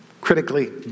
critically